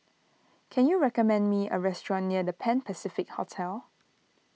can you recommend me a restaurant near the Pan Pacific Hotel